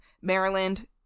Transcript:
maryland